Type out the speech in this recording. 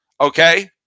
Okay